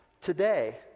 today